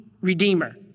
redeemer